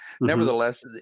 Nevertheless